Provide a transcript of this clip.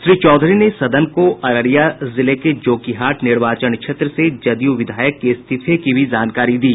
श्री चौधरी ने सदन को अररिया जिले के जोकीहाट निर्वाचन क्षेत्र से जदयू विधायक के इस्तीफे की भी जानकारी दी